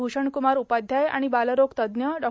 भूषणकुमार उपाध्याय आणि बालरोग तज्ज्ञ डॉ